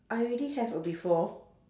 I already have a before